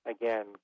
Again